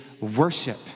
worship